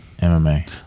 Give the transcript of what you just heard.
MMA